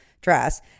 dress